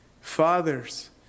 Fathers